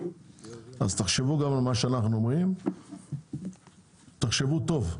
אז תחשבו גם על מה שאנחנו אומרים, תחשבו טוב,